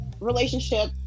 relationship